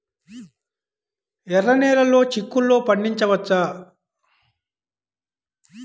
ఎర్ర నెలలో చిక్కుల్లో పండించవచ్చా?